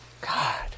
God